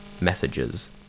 messages